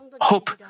hope